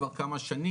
כבר כמה שנים,